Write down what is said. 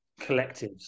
collectives